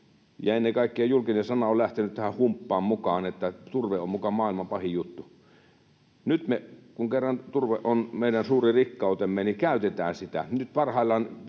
ennen kaikkea julkinen sana on lähtenyt tähän humppaan mukaan. Kun kerran turve on meidän suuri rikkautemme, niin käytetään sitä.